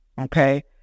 Okay